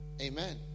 amen